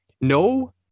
no